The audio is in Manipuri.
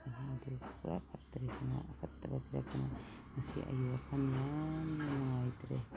ꯁꯅꯥꯗꯨ ꯄꯨꯔꯥ ꯐꯠꯇ꯭ꯔꯦ ꯁꯅꯥ ꯑꯐꯠꯇꯕ ꯄꯤꯔꯛꯇꯅ ꯉꯁꯤ ꯑꯩ ꯋꯥꯈꯜ ꯌꯥꯝꯅ ꯅꯨꯡꯉꯥꯏꯇ꯭ꯔꯦ